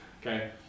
Okay